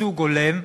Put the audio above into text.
"ייצוג הולם"